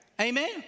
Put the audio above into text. Amen